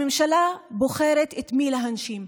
הממשלה בוחרת את מי להנשים.